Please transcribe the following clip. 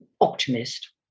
optimist